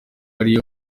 ariyo